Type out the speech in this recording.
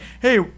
hey